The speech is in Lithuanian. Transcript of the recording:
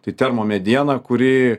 tai termo mediena kuri